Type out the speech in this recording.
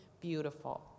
beautiful